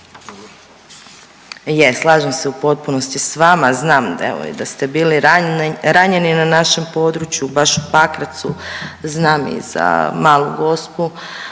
slažem se u potpunosti s vama, znam evo da ste bili ranjeni na našem području baš u Pakracu, znam i za Malu Gospu,